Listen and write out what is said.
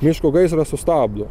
miško gaisrą sustabdo